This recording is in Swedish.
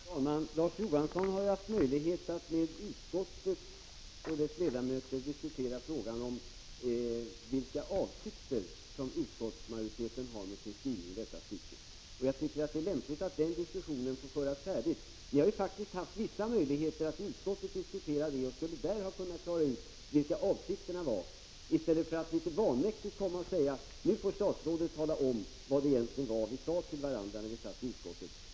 Herr talman! Larz Johansson har ju haft möjlighet att i utskottet med dess ledamöter diskutera frågan om vilka avsikter utskottsmajoriteten har med sin skrivning i detta stycke. Jag tycker att det är lämpligt att den diskussionen får slutföras. Ni har ju haft vissa möjligheter att i utskottet diskutera den här frågan och borde där ha kunnat klara ut vilka avsikterna var i stället för att litet vanmäktigt komma och säga att nu får statsrådet tala om vad det egentligen var vi sade till varandra i utskottet.